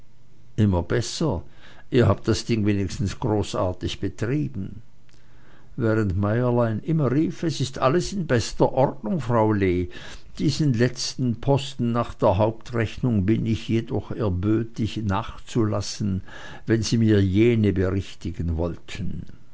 immer besser ihr habt das ding wenigstens großartig betrieben während meierlein immer rief es ist alles in bester ordnung frau lee diesen letzten posten nach der hauptrechnung bin ich jedoch erbötig nachzulassen wenn sie mir jene berichtigen wollten